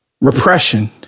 repression